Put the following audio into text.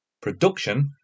production